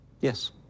Yes